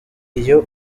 iyo